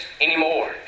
anymore